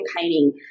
painting